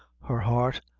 her heart,